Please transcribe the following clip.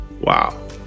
Wow